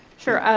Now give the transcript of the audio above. sure,